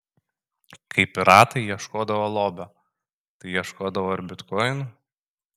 kai piratai ieškodavo lobio tai ieškodavo ir bitkoinų